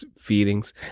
feelings